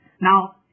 now